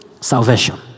Salvation